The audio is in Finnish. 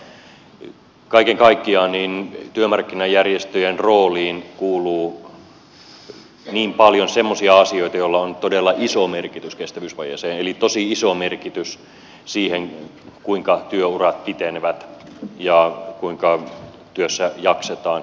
mutta kaiken kaikkiaan työmarkkinajärjestöjen rooliin kuuluu niin paljon semmoisia asioita joilla on todella iso merkitys kestävyysvajeelle eli tosi iso merkitys sille kuinka työurat pitenevät ja kuinka työssä jaksetaan pidempään